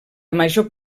major